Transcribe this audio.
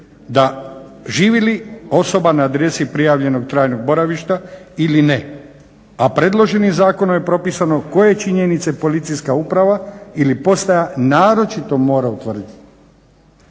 da živi li osoba na adresi prijavljenog trajnog boravišta ili ne, a predloženim zakonom je propisano koje činjenice policijska uprava ili postaja naročito mora utvrditi.